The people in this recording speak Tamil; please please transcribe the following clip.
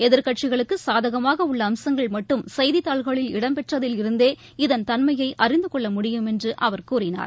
எதிர்க்கட்சிகளுக்கு சாதகமாக உள்ள அம்சங்கள் மட்டும் செய்தித்தாள்களில் இடம்பெற்றதில் இருந்தே இதன் தன்மையை அறிந்து கெள்ள முடியும் என்று அவர் கூறினார்